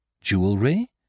Jewelry